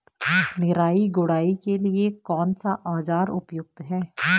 निराई गुड़ाई के लिए कौन सा औज़ार उपयुक्त है?